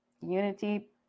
Unity